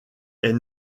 est